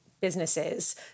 Businesses